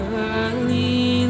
early